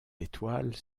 étoile